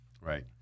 Right